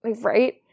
right